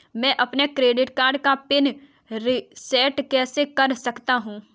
मैं अपने credit card का पिन रिसेट कैसे कर सकता हूँ?